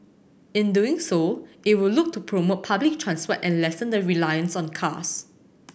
in doing so it will look to promote public and lessen the reliance on cars